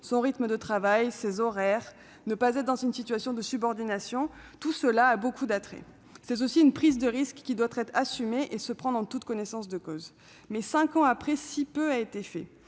son rythme de travail, ses horaires, ne pas être dans une situation de subordination, tout cela a beaucoup d'attraits. C'est aussi une prise de risque, qui doit être assumée et décidée en toute connaissance de cause. Mais, cinq ans après, si peu a été fait